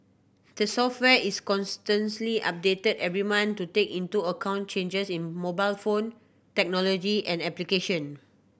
the software is constantly updated every month to take into account changes in mobile phone technology and application